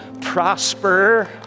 prosper